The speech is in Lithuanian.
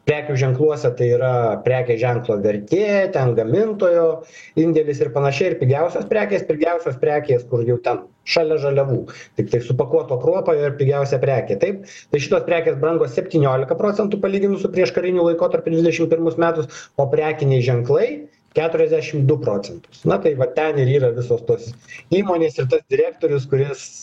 prekių ženkluose tai yra prekės ženklo vertė ten gamintojo indėlis ir panašiai ir pigiausios prekės pigiausios prekės kur jau ten šalia žaliavų tiktai supakuoto kruopa ir pigiausia prekė taip tai šitos prekės brango septyniolika procentų palyginus su prieškariniu laikotarpiu dvidešim pirmus metus o prekiniai ženklai keturiasdešim du procentus na tai va ten ir yra visos tos įmonės direktorius kuris